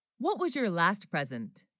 what was your last present?